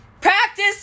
practice